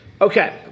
Okay